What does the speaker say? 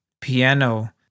piano